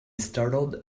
startled